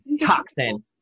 toxin